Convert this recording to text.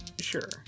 Sure